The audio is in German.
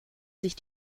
sich